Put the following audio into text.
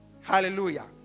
hallelujah